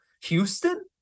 Houston